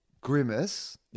Grimace